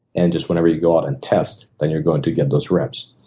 and just whenever you go out and test, and you're going to get those reps.